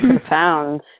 profound